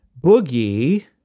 Boogie